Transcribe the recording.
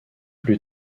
plus